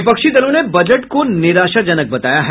विपक्षी दलों ने बजट को निराशाजनक बताया है